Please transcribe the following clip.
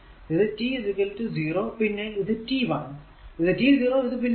ഇത് t 0 പിന്നെ ഇത് t 1